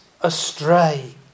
astray